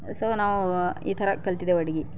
so ನಾವು ಈ ಥರ ಕಲ್ತಿದ್ದೆವು ಅಡುಗೆ